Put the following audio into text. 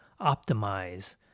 optimize